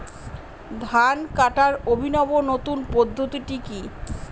ধান কাটার অভিনব নতুন পদ্ধতিটি কি?